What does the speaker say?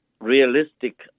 realistic